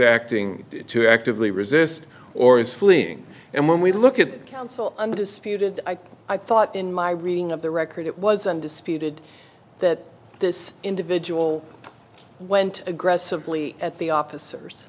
acting to actively resist or is fleeing and when we look at that council undisputed i thought in my reading of the record it was undisputed that this individual went aggressively at the officers